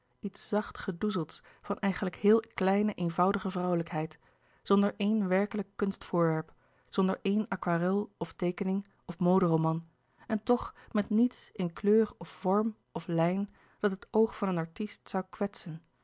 iets zacht gedoezelds van eigenlijk heel kleine eenvoudige vrouwelijkheid zonder één werkelijk kunstvoorwerp zonder één aquarel of teekening of moderoman en toch met niets in kleur of vorm of lijn dat het oog van een artist zoû kwetsen